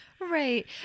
Right